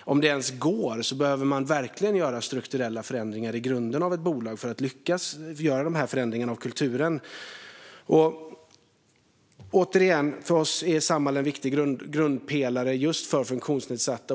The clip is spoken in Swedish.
om det ens går behöver man verkligen göra strukturella förändringar i grunden av ett bolag för att lyckas förändra kulturen. Återigen: För oss är Samhall en viktig grundpelare för just funktionsnedsatta.